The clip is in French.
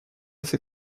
ses